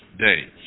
days